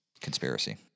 Conspiracy